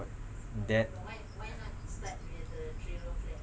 that